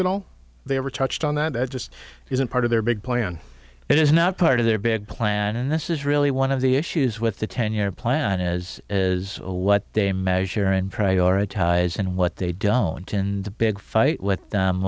and all they ever touched on that it just isn't part of their big point on it is not part of their big plan and this is really one of the issues with the ten year plan as is what they measure and prioritize and what they don't and the big fight with them